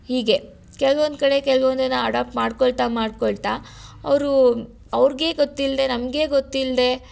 ಹೀಗೆ ಕೆಲ್ವೊಂದು ಕಡೆ ಕೆಲ್ವೊಂದನ್ನು ಅಡೋಪ್ಟ್ ಮಾಡಿಕೊಳ್ತಾ ಮಾಡಿಕೊಳ್ತಾ ಅವರೂ ಅವ್ರಿಗೇ ಗೊತ್ತಿಲ್ಲದೆ ನಮಗೇ ಗೊತ್ತಿಲ್ಲದೆ